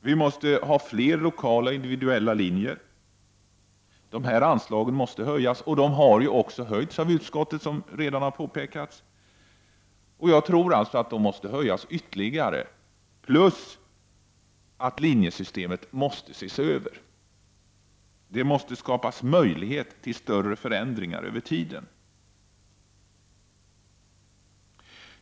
Vi måste ha fler lokala individuella linjer. Anslagen måste höjas, och utskottet har också föreslagit att de skall höjas, som redan har påpekats. Jag tror att de måste höjas ytterligare, plus att linjesystemet måste ses över. Det måste skapas möjlighet till större förändringar över tiden.